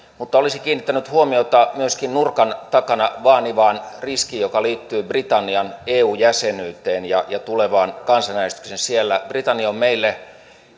mutta olisin kiinnittänyt huomiota myöskin nurkan takana vaanivaan riskiin joka liittyy britannian eu jäsenyyteen ja ja tulevaan kansanäänestykseen siellä britannia on meille